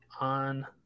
on